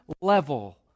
level